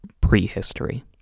prehistory